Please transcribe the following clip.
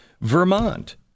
Vermont